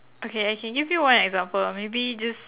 okay I can give you one example maybe just